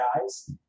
guys